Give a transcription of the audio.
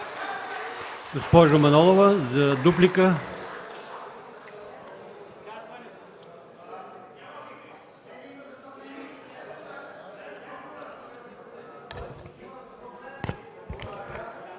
Госпожо Манолова, за дуплика.